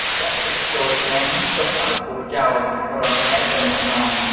ចាក់ទឹកចូលឆ្នាំង ទុកឱ្យពុះចោល ប្រហែលកន្លះម៉ោង។